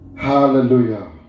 hallelujah